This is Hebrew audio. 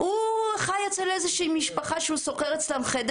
הוא חי אצל איזושהי משפחה שהוא שוכר אצלם חדר.